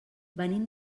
venim